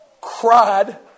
cried